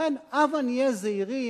לכן הבה נהיה זהירים,